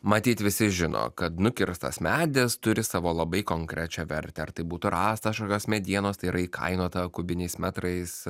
matyt visi žino kad nukirstas medis turi savo labai konkrečią vertę ar tai būtų rastas kažkokios medienos tai yra įkainota kubiniais metrais